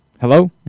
Hello